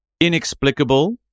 inexplicable